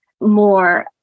more